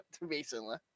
recently